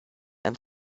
and